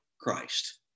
Christ